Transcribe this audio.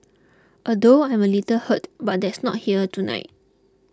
although I am a little hurt there is not here tonight